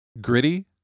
Gritty